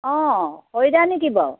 অঁ হৰিদা নিকি বাৰু